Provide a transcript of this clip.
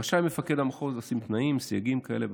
רשאי מפקד המחוז לשים תנאים, סייגים כאלה ואחרים.